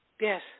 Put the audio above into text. Yes